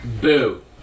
Boo